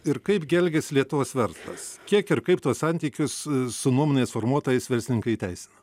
ir kaipgi elgiasi lietuvos verslas kiek ir kaip tuos santykius su nuomonės formuotojais verslininkai įteisina